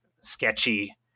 sketchy